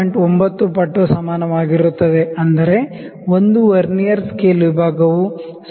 9 ಪಟ್ಟು ಸಮಾನವಾಗಿರುತ್ತದೆ ಅಂದರೆ 1 ವರ್ನಿಯರ್ ಸ್ಕೇಲ್ ವಿಭಾಗವು 0